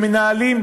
ומנהלים,